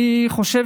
אני חושב